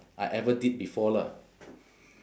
I ever did before lah